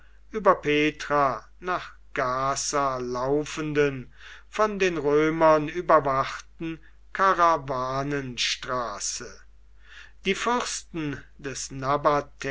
über petra nach gaza laufenden von den römern überwachten karawanenstraße die fürsten des